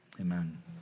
Amen